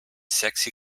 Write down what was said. sexy